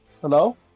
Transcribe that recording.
hello